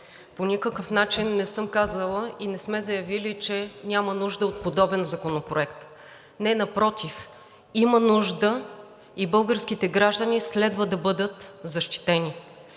по никакъв начин не съм казала и не сме заявили, че няма нужда от подобен законопроект. Не, напротив, има нужда. Българските граждани следва да бъдат защитени,